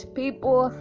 people